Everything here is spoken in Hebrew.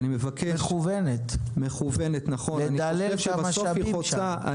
מדיניות מכוונת, לדלל את המשאבים שם.